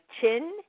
chin